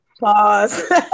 Pause